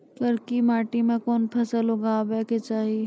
करकी माटी मे कोन फ़सल लगाबै के चाही?